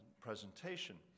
presentation